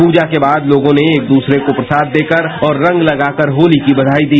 पूजा के बाद लोगों ने एक दूसरे को प्रसाद देकर और रंग लगाकर होती की बयाई दी